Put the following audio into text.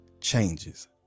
changes